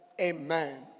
Amen